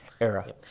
era